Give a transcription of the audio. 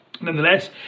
Nonetheless